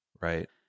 right